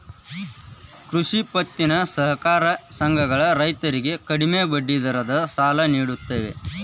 ಕೃಷಿ ಪತ್ತಿನ ಸಹಕಾರ ಸಂಘಗಳ ರೈತರಿಗೆ ಕಡಿಮೆ ಬಡ್ಡಿ ದರದ ಸಾಲ ನಿಡುತ್ತವೆ